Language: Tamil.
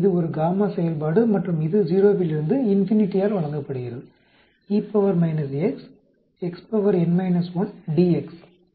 இது ஒரு γ செயல்பாடு மற்றும் இது 0 விலிருந்து ∞ஆல் வழங்கப்படுகிறது